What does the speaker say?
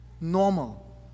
normal